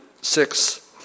six